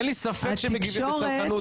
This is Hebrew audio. אין לי ספק שמגיבים בסלחנות.